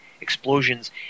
explosions